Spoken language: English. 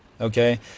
okay